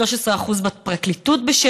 13% בפרקליטות,